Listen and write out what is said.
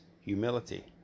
humility